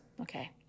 Okay